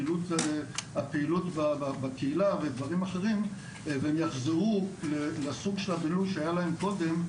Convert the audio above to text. הפעילות בקהילה ודברים אחרים והם יחזרו לסוג של הבילוי שהיה להם קודם,